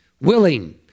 willing